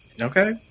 okay